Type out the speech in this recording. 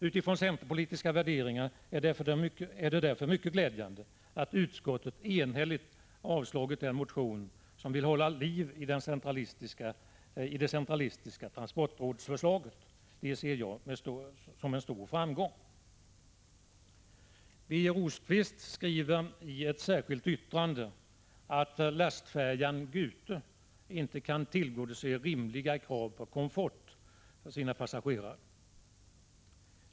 Utifrån centerpolitiska värderingar är det därför mycket glädjande att utskottet enhälligt avstyrkt den motion som vill hålla liv i det centralistiska transportrådsförslaget. Det ser jag som en stor framgång. Birger Rosqvist skriver i ett särskilt yttrande att lastfärjan Gute inte kan tillgodose rimliga krav på komfort för sina passagerare.